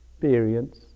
experience